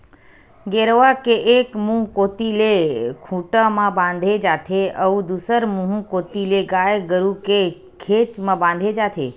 गेरवा के एक मुहूँ कोती ले खूंटा म बांधे जाथे अउ दूसर मुहूँ कोती ले गाय गरु के घेंच म बांधे जाथे